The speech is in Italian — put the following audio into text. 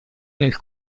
nel